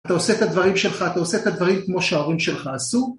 אתה עושה את הדברים שלך, אתה עושה את הדברים כמו שההורים שלך עשו.